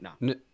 No